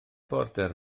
border